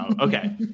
Okay